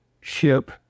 ship